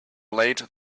late